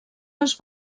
els